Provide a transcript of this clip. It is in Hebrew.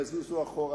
יזוזו אחורה,